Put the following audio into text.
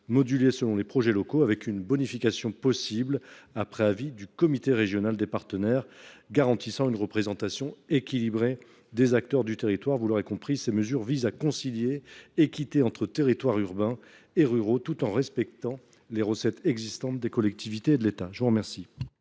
modulé selon les projets locaux, une bonification étant possible après avis du comité régional des partenaires, garant d’une représentation équilibrée des acteurs du territoire. Vous l’aurez compris, mes chers collègues, ces mesures visent à concilier l’équité entre territoires urbains et ruraux et le respect des recettes existantes des collectivités et de l’État. La parole